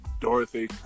Dorothy